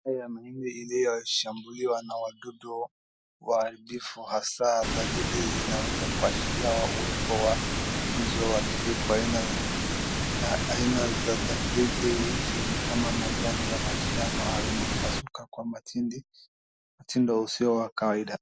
Haya ni mahindi yaliyoshambuliwa na wadudu waharibifu. Hasa, dalili zinaweza kuashiria uwepo wa funza wa kipepeo. Aina za dalili hizi ni kama majani ya mahindi yaliyopasuka kwa mtindo usio wa kawaida.